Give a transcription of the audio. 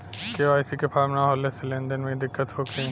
KYC के form न होले से लेन देन में दिक्कत होखी?